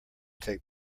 take